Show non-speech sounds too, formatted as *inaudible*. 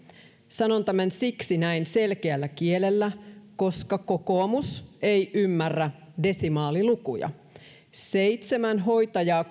sanon tämän siksi näin selkeällä kielellä koska kokoomus ei ymmärrä desimaalilukuja seitsemän hoitajaa *unintelligible*